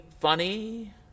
funny